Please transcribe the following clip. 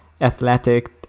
athletic